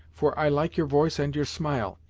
for i like your voice and your smile,